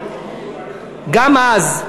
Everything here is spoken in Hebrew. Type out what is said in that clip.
גם אז,